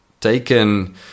taken